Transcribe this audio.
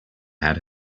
had